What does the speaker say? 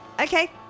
Okay